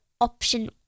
option